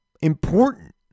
important